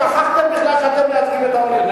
שכחתם בכלל שאתם מייצגים את העולים.